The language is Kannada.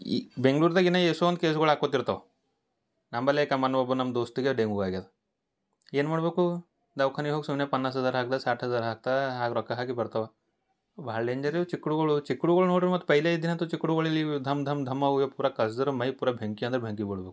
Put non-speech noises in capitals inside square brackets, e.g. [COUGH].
ಈ ಬೆಂಗಳೂರದಾಗೆನೇ ಎಷ್ಟೊಂದು ಕೇಸುಗುಳ ಆಕ್ಕೊತ್ತಿರ್ತಾವು ನಂಬಲ್ಲೇ ಕಮ್ ಅನ್ನು ಒಬ್ಬ ನಮ್ಮ ದೋಸ್ತಗ ಡೆಂಗೂ ಆಗ್ಯಾದ ಏನು ಮಾಡ್ಬೇಕು ದವ್ಖಾನೆ ಹೋಗಿ ಸುಮ್ಮನೆ ಪನ್ನಾಸ್ ಹಜಾರ್ ಹಾಕ್ತಾ ಸಾಟ್ ಹಜಾರ್ ಹಾಕ್ತಾ ಹಾಗ ರೊಕ್ಕ ಹಾಕಿ ಬರ್ತಾವೆ ಭಾಳ್ ಡೇಂಜರ್ ಇವ್ ಚಿಕ್ಕುಳುಗಳು ಚಿಕ್ಕುಳುಗಳು ನೋಡಿ ರೀ ಮತ್ತೆ ಪೆಹ್ಲೆ ಇದ್ದೀನಂತು ಚಿಕ್ಕುಳುಗಳು [UNINTELLIGIBLE] ದಮ್ ದಮ್ ದಮ್ ಅವು ಪೂರ ಕಚ್ದರ ಮೈ ಪೂರ ಬೆಂಕಿ ಅಂದ್ರ ಬೆಂಕಿ ಬೀಳ್ಬಕು